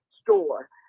store